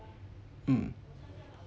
mm